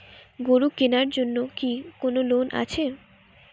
গরু কেনার জন্য কি কোন লোন আছে?